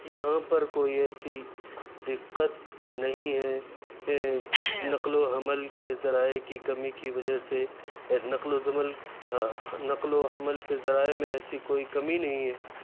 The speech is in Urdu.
یہاں پر کوئی ایسی دقّت نہیں ہے ںقل و حمل کے ذرائع کی کمی کی وجہ سے نقل و حمل نقل و حمل کے ذرائع میں ایسی کوئی کمی نہیں ہے